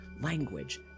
language